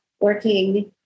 working